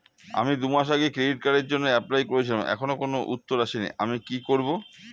আমি দুমাস আগে ক্রেডিট কার্ডের জন্যে এপ্লাই করেছিলাম এখনো কোনো উত্তর আসেনি আমি কি করব?